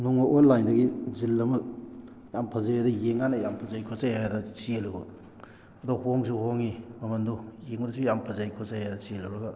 ꯅꯣꯡꯃ ꯑꯣꯏꯂꯥꯏꯟꯗꯒꯤ ꯖꯤꯟ ꯑꯃ ꯌꯥꯝ ꯐꯖꯩꯑꯅ ꯌꯦꯡꯀꯥꯟꯗ ꯌꯥꯝ ꯐꯖꯩ ꯈꯣꯠꯆꯩꯅ ꯍꯥꯏꯗꯅ ꯆꯦꯜꯂꯨꯕ ꯑꯗꯣ ꯍꯣꯡꯁꯨ ꯍꯣꯡꯉꯤ ꯃꯃꯟꯗꯣ ꯌꯦꯡꯕꯗꯁꯨ ꯌꯥꯝ ꯐꯖꯩ ꯈꯣꯆꯩ ꯍꯥꯏꯅ ꯆꯦꯜꯂꯨꯔꯒ